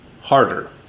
harder